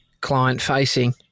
client-facing